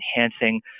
enhancing